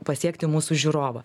pasiekti mūsų žiūrovą